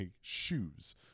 shoes